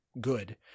good